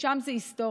משם זאת היסטוריה.